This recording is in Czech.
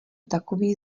takový